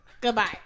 Goodbye